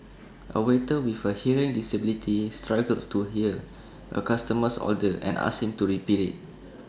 A waiter with A hearing disability struggles to hear A customer's order and asks him to repeat IT